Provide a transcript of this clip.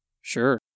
Sure